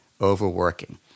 overworking